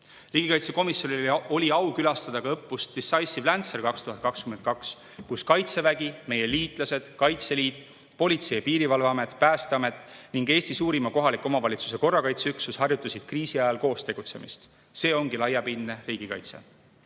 Riigikaitsekomisjonil oli au külastada õppust Decisive Lancer 2022, kus Kaitsevägi, meie liitlased, Kaitseliit, Politsei- ja Piirivalveamet, Päästeamet ning Eesti suurima kohaliku omavalitsuse korrakaitseüksus harjutasid kriisi ajal koos tegutsemist. See ongi laiapindne riigikaitse.